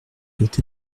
doit